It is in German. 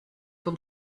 vom